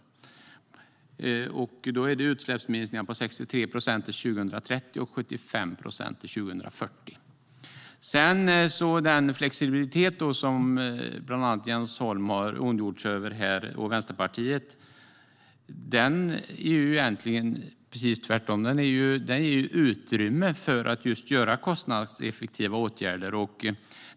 Det handlar om utsläppsminskningar på 63 procent till 2030 och 75 procent till 2040. Den flexibilitet som bland andra Jens Holm och Vänsterpartiet har ondgjort sig över fungerar precis tvärtom. Den ger utrymme för att vidta kostnadseffektiva åtgärder.